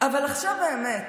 אבל עכשיו באמת,